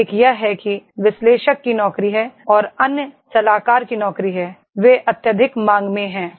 एक यह है कि विश्लेषक की नौकरी है और अन्य सलाहकार की नौकरी है वे अत्यधिक मांग में हैं